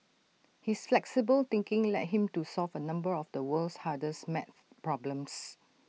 his flexible thinking led him to solve A number of the world's hardest math problems